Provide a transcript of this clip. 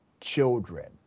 children